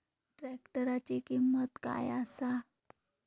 ट्रॅक्टराची किंमत काय आसा?